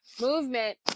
movement